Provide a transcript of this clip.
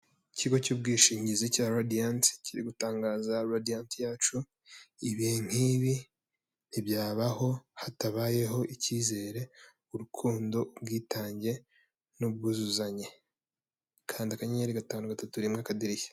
Ikigo cy'ubwishingizi cya Radiyanti, kiri gutangaza Radiyanti yacu ibihe nk'ibi ntibyabaho hatabayeho icyizere, urukundo, ubwitange, n'ubwuzuzanye, kanda akanyenyeri gatanu gatatu rimwe akadirishya.